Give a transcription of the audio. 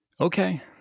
Okay